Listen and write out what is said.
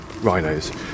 rhinos